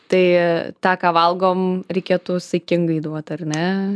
tai tą ką valgom reikėtų saikingai duot ar ne